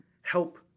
help